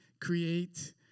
create